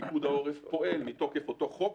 פיקוד העורף פועל מתוקף אותו חוק,